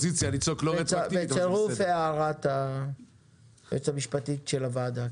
אכן בצירוף ההערה של היועצת המשפטית של הוועדה.